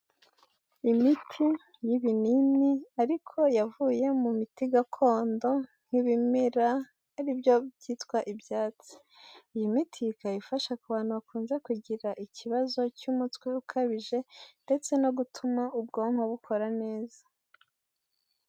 Imiti y'ibinini ariko yavuye mu miti gakondo nk'ibimera ari byo byitwa ibyatsi, iyi miti ika ifasha ku bantu bakunze kugira ikibazo cy'umutwe ukabije ndetse no gutuma ubwonko bukora neza.